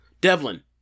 Devlin